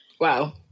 Wow